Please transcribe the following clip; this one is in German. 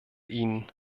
ihnen